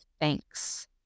thanks